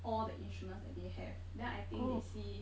all the instruments that they have then I think they see